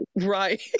Right